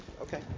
Okay